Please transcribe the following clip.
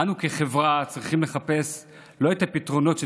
אנו כחברה צריכים לחפש לא את הפתרונות של